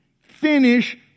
finish